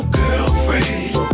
girlfriend